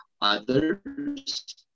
Others